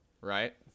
Right